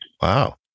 Wow